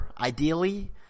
ideally